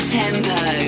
tempo